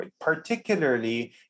particularly